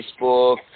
Facebook